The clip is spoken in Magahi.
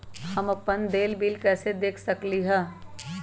हम अपन देल बिल कैसे देख सकली ह?